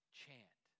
chant